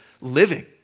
living